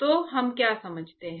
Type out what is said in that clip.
तो हम क्या समझते हैं